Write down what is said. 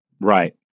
Right